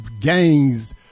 gangs